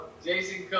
Jason